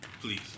please